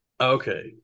Okay